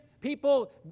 People